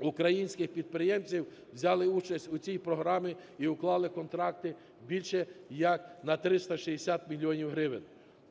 українських підприємців взяли участь у цій програмі і уклали контракти більш як на 360 мільйонів гривень.